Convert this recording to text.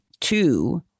two